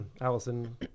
Allison